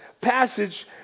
passage